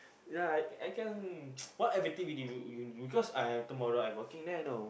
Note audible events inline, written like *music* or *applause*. ya I I can *noise* what activity do we do cause tomorrow I working there you know